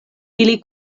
ili